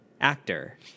actor